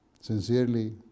sincerely